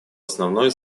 основной